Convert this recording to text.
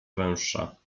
węższa